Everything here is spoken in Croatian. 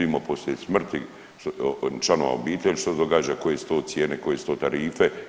Mi poslije smrti članova obitelji što se događa, koje su to cijene, koje su to tarife.